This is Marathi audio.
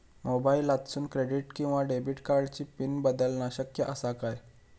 मोबाईलातसून क्रेडिट किवा डेबिट कार्डची पिन बदलना शक्य आसा काय?